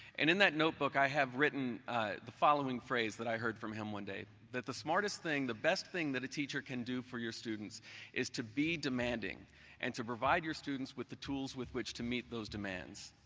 and in that notebook i have written the following phrase that i heard from him one day, the smartest thing, the best thing that a teacher can do for your students is to be demanding and to provide your students with the tools with which to meet those demands.